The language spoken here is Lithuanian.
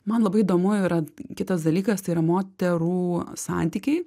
man labai įdomu yra kitas dalykas tai yra moterų santykiai